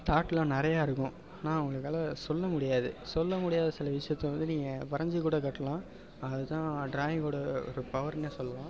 thought எல்லாம் நிறையா இருக்கும் ஆனால் அவங்களால் சொல்ல முடியாது சொல்ல முடியாத சில விஷயத்தை வந்து நீங்கள் வரைஞ்சு கூட காட்டலாம் அது தான் டிராயிங்கோட ஒரு பவருனே சொல்லலாம்